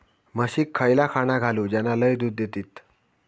म्हशीक खयला खाणा घालू ज्याना लय दूध देतीत?